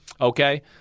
okay